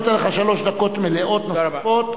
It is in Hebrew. עכשיו אני נותן לך שלוש דקות מלאות נוספות,